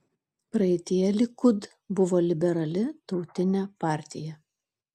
praeityje likud buvo liberali tautinė partija